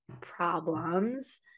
problems